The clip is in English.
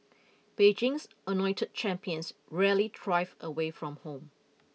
Beijing's anointed champions rarely thrive away from home